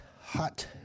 hot